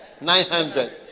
Nine-hundred